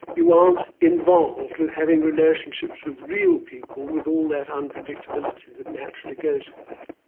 you aren't involved with having relationships with real people with all that unpredictability that naturally goes with that.